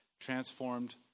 transformed